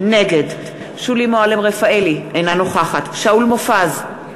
נגד שולי מועלם-רפאלי, אינה נוכחת שאול מופז,